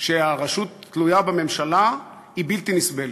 שהרשות תלויה בממשלה היא בלתי נסבלת.